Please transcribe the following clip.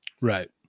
Right